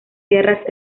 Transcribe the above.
sierras